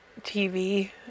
TV